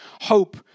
hope